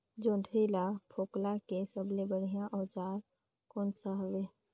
जोंदरी ला फोकला के सबले बढ़िया औजार कोन सा हवे?